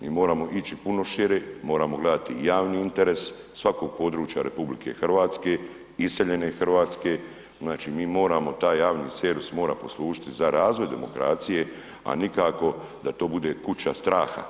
Mi moramo ići puno šire, moramo gledati javni interes svakog područja RH, iseljene Hrvatske, znači mi moramo taj javni servis, mora poslužiti za razvoj demokracije a nikako da to bude kuća straha.